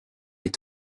est